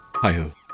Hi-ho